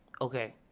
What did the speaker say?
Okay